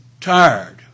tired